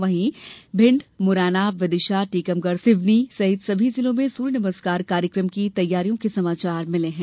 वहीं मुरैना भिंड विदिशा टीकमगढ सिवनी सहित सभी जिलों से सूर्य नमस्कार कार्यक्रम की तैयारियों के समाचार मिले हैं